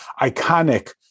iconic